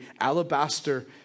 alabaster